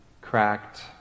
cracked